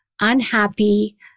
unhappy